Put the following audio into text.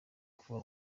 kuba